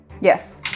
yes